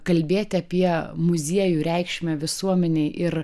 kalbėti apie muziejų reikšmę visuomenei ir